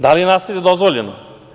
Da li je nasilje dozvoljeno?